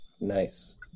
Nice